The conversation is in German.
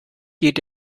geht